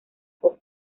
copa